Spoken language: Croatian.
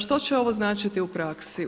Što će ovo značiti u praksi?